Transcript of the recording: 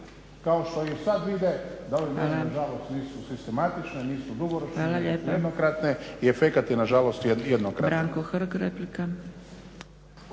kao što i sad vide da ove mjere na žalost nisu sistematične, nisu dugoročne, nego su jednokratne i efekat je na žalost jednokratan.